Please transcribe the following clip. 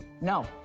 No